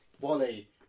Wally